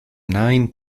nine